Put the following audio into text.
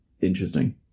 interesting